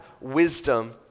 wisdom